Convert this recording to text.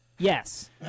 Yes